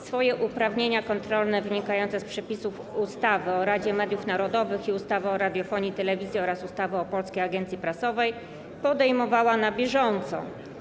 Swoje uprawnienia kontrolne wynikające z przepisów ustawy o Radzie Mediów Narodowych, ustawy o radiofonii i telewizji oraz ustawy o Polskiej Agencji Prasowej wykorzystywała na bieżąco.